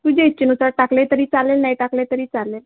तुझ्या इच्छेनुसार टाकले तरी चालेल नाही टाकले तरी चालेल